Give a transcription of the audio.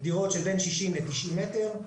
דירות של בין 60 ל-90 מטר,